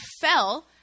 fell